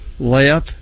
layup